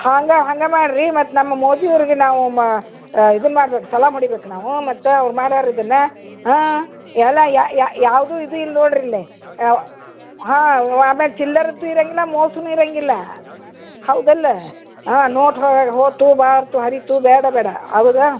ಹಂಗೆ ಹಂಗೆ ಮಾಡಿರಿ ಮತ್ತು ನಮ್ಮ ಮೋದಿಯವರಿಗೆ ನಾವು ಮ ಇದನ್ನ ಮಾಡ್ಬೇಕು ಸಲಾಮ್ ಹೊಡೀಬೇಕು ನಾವು ಮತ್ತು ಅವ್ರು ಮಾಡ್ಯಾರೆ ಇದನ್ನ ಹಾಂ ಎಲ್ಲ ಯಾವ್ದು ಇದು ಇಲ್ಲ ನೋಡಿರಿ ಇಲ್ಲಿ ಹಾಂ ಆಮೇಲೆ ಚಿಲ್ಲರೆದ್ದು ಇರೋಂಗಿಲ್ಲ ಮೋಸನು ಇರೋಂಗಿಲ್ಲ ಹೌದಲ್ಲ ಹಾಂ ನೋಟ್ ಹೋಯ್ತು ಬಾರ್ತು ಹರೀತು ಬೇಡೇ ಬೇಡ ಹೌದಾ